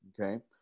okay